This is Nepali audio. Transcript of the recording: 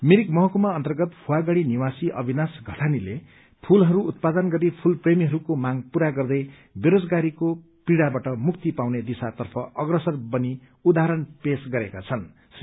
मिरिक महकुमा अन्तर्गत फुवागढ़ी निवासी अभिनाश षतानीले फूलहरू उत्पादन गरी फूलप्रेमीहरूको माग पूरा गर्दै बेरोजगारीको पीड़ाबाट मुक्ति पाउने दिशा तर्फ अग्रसर बनी उदाहरण पेश गर्न सक्षम हुनुभएको छ